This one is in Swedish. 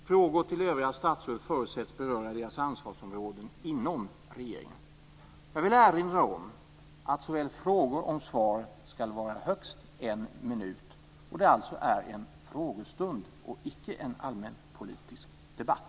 Frågor till övriga statsråd förutsätts beröra deras ansvarsområden inom regeringen. Jag vill erinra om att såväl frågor som svar ska vara högst en minut. Detta är alltså en frågestund och icke en allmänpolitisk debatt.